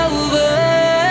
over